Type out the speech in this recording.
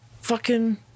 Fucking-